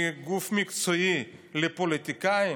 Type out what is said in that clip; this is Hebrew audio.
מגוף מקצועי לפוליטיקאים,